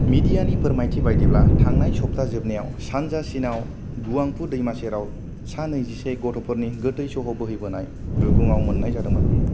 मिडियानि फोरमायथि बायदिब्ला थांनाय सब्था जोबनायाव सानजा चीनआव गुआंगफू दैमा सेराव सा नैजि से गथ'फोरनि गोथै सह' बोहैबोनाय रुगुङाव मोननाय जादोंमोन